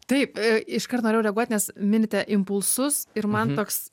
taip iškart norėjau reaguot nes minite impulsus ir man toks